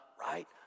right